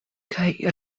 kaj